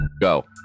Go